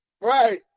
Right